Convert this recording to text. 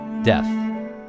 death